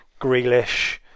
Grealish